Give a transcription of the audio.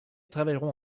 travailleront